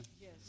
Yes